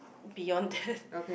beyond that